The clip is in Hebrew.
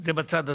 זה בצד הזה,